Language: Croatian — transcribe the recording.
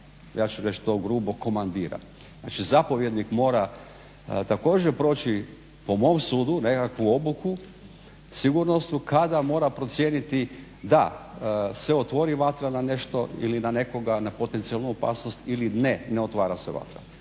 ja ću to reći grubo, komandira. Znači zapovjednik mora također proći po mom sudu nekakvu obuku sigurnosnu kada mora procijeniti da se otvori vatra na nešto ili nekoga, na potencijalnu opasnost ili ne, ne otvara se vatra.